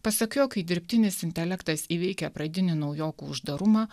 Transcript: pasak jo kai dirbtinis intelektas įveikia pradinį naujokų uždarumą